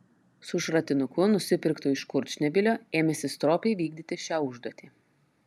su šratinuku nusipirktu iš kurčnebylio ėmėsi stropiai vykdyti šią užduotį